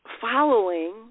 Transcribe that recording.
following